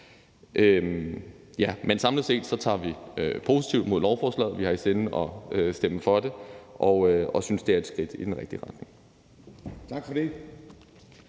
Men samlet set tager vi positivt imod lovforslaget, og vi har i sinde at stemme for det, og vi synes, det er et skridt i den rigtige retning.